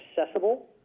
accessible